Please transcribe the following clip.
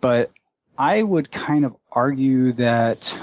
but i would kind of argue that